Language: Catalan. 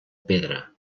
pedra